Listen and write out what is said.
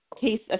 case